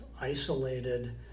isolated